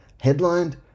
headlined